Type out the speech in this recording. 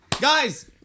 guys